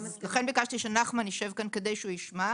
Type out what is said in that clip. לכן ביקשתי שנחמן ישמע את הדברים.